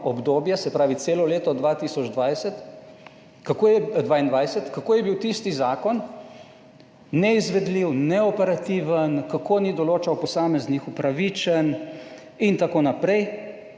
obdobje, se pravi celo leto 2020, kako je 22, kako je bil tisti zakon neizvedljiv, neoperativen, kako, ni določal posameznih upravičenj in tako naprej.